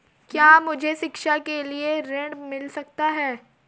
क्या मुझे शिक्षा के लिए ऋण मिल सकता है?